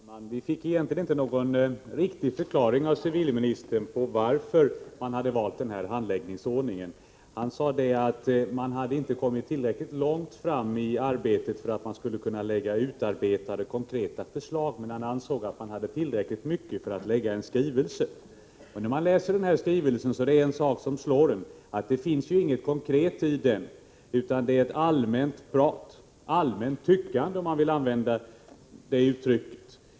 Fru talman! Vi fick egentligen inte någon riktig förklaring av civilministern till att man valt den här handläggningsordningen. Han sade att man inte hade kommit tillräckligt långt i arbetet för att kunna lägga fram utarbetade, konkreta förslag, men man hade tillräckligt mycket, ansåg han, för att lägga fram en skrivelse. När man läser den här skrivelsen är det en sak som slår en: Det finns ju inget konkret i den, utan det är ett allmänt prat — allmänt tyckande, om man vill använda det uttrycket.